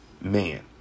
man